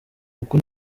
uku